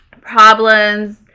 Problems